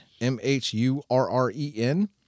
M-H-U-R-R-E-N